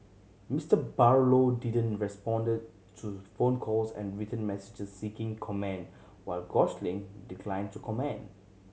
Mister Barlow didn't respond to phone calls and written messages seeking comment while Gosling declined to comment